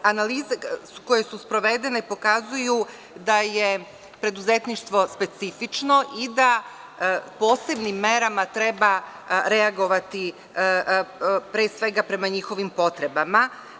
Analize koje su sprovedene pokazuju da je preduzetništvo specifično i da posebnim merama treba reagovati, pre svega prema njihovim potrebama.